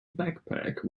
backpack